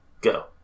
go